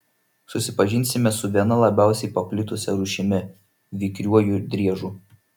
susipažinsime su viena labiausiai paplitusia rūšimi vikriuoju driežu